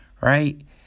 right